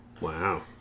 Wow